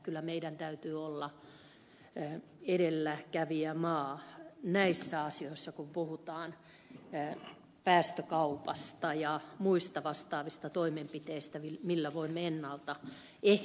kyllä meidän täytyy olla edelläkävijämaa näissä asioissa kun puhutaan päästökaupasta ja muista vastaavista toimenpiteistä joilla voimme ennalta ehkäistä ilmastonmuutosta